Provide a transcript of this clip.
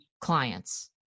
clients